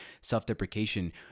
self-deprecation